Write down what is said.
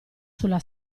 sulla